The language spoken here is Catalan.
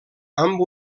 amb